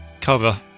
cover